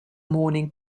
morning